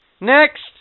Next